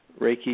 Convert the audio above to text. Reiki